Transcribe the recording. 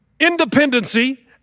independency